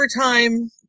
overtime